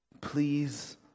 please